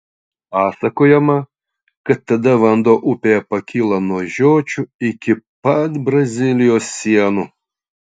pasakojama kad tada vanduo upėje pakyla nuo žiočių iki pat brazilijos sienų